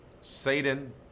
Satan